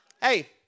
Hey